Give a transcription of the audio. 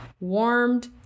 warmed